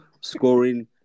scoring